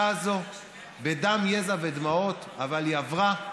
בדם, יזע ודמעות, אבל היא עברה.